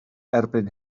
erbyn